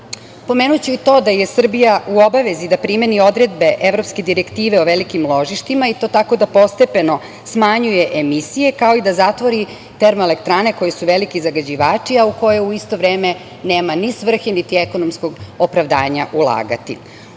unazad. Pomenuću i to da je Srbija u obavezi da primeni odredbe evropske direktive o velikim ložištima i to tako da postepeno smanjuje emisije, kao i da zatvori termoelektrane koje su veliki zagađivači, a u koje u isto vreme nema ni svrhe, niti ekonomskog opravdanja ulagati.U